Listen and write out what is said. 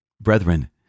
Brethren